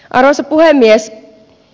arvoisa puhemies